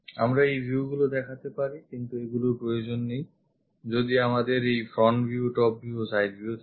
আমরা এই view গুলিও দেখাতে পারি কিন্তু এগুলির প্রয়োজন নেই যদি আমাদের এই front view top view ও side view থাকে